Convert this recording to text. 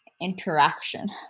interaction